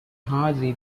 hardly